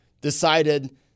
decided